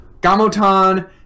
Gamotan